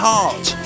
Heart